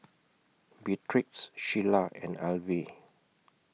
Beatrix Shelia and Alvy